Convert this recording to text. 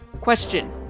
Question